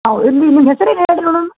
ಹೌದು ನೀವು ನಿಮ್ದು ಹೆಸರೇ ಹೇಳ್ರಿ ನೋಡೋಣ